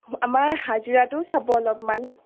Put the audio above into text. আমাৰ হাজিৰাটোও চাব অলপমান